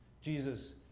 Jesus